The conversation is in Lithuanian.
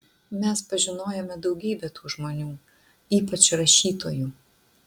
mes pažinojome daugybę tų pačių žmonių ypač rašytojų